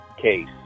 case